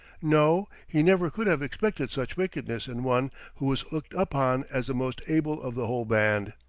no! he never could have expected such wickedness in one who was looked upon as the most able of the whole band.